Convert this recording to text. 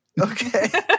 okay